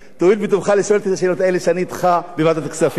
תואיל בטובך לשאול את השאלות האלה כשאני אתך בוועדת הכספים,